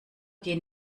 gehen